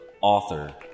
author